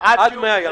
עד 100 ימים.